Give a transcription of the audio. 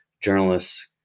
journalists